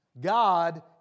God